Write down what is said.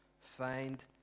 find